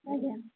ଆଜ୍ଞା